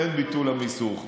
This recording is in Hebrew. ואין ביטול מיסוך.